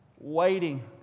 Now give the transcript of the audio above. waiting